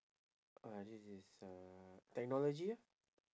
uh this is uh technology lor